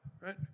right